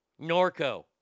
Norco